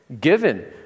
given